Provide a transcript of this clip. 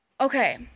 Okay